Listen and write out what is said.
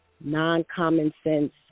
non-common-sense